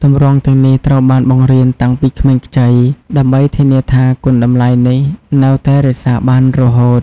ទម្រង់ទាំងនេះត្រូវបានបង្រៀនតាំងពីក្មេងខ្ចី ដើម្បីធានាថាគុណតម្លៃនេះនៅតែរក្សាបានរហូត។